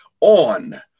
on